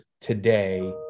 today